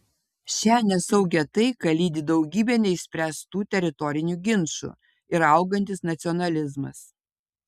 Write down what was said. šią nesaugią taiką lydi daugybė neišspręstų teritorinių ginčų ir augantis nacionalizmas